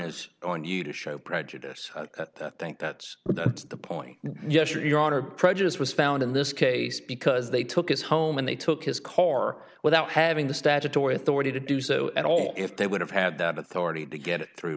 is on you to show prejudice i think that's the point and yes your honor prejudice was found in this case because they took his home and they took his car without having the statutory authority to do so at all if they would have had that authority to get it through